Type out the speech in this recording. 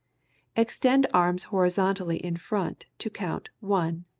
extend arms horizontally in front to count one.